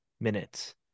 minutes